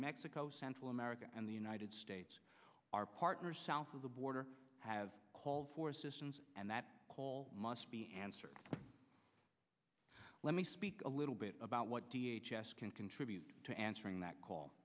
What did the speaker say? mexico central america and the united states our partners south of the border have called for assistance and that call must be answered let me speak a little bit about what d h s s can contribute to answering that call